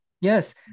yes